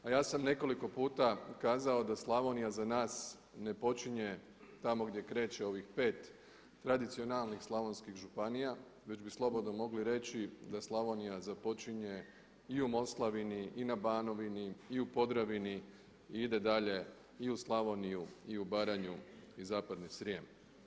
A ja sam nekoliko puta kazao da Slavonija za nas ne počinje tamo gdje kreće ovih pet tradicionalnih slavonskih županija, već bi slobodno mogli reći da Slavonija započinje i u Moslavini i na Banovini i u Podravini i ide dalje i u Slavoniju i u Baranju i zapadni Srijem.